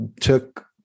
took